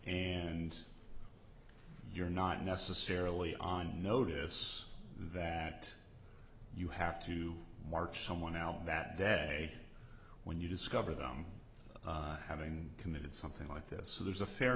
and you're not necessarily on notice that you have to march someone out that day when you discover them having committed something like this so there's a fair